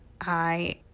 I-